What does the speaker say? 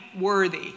worthy